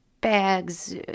bags